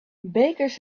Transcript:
bakers